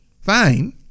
fine